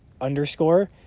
underscore